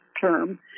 term